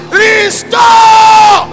restore